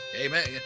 Amen